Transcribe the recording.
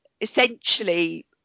essentially